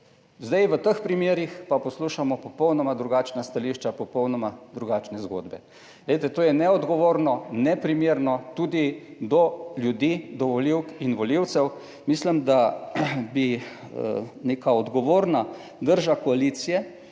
zdaj v teh primerih pa poslušamo popolnoma drugačna stališča, popolnoma drugačne zgodbe. Glejte, to je neodgovorno, neprimerno tudi do ljudi, do volivk in volivcev. Mislim, da bi neka odgovorna drža koalicije